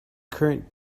current